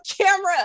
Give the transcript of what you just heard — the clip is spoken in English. camera